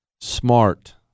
smart